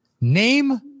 Name